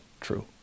true